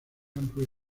country